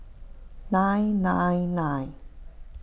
nine nine nine